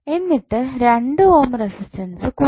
എന്നിട്ട് 2 ohm resistance കൂട്ടുക